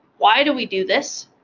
why do we do this?